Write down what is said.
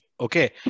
Okay